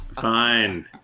Fine